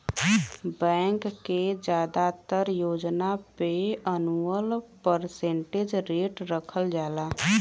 bank के जादातर योजना पे एनुअल परसेंटेज रेट रखल जाला